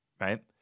right